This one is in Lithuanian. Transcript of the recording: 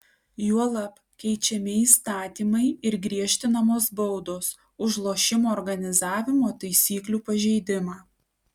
juolab keičiami įstatymai ir griežtinamos baudos už lošimo organizavimo taisyklių pažeidimą